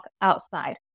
outside